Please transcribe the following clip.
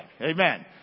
Amen